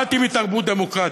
באתי מתרבות דמוקרטית.